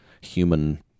human